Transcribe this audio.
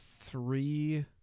three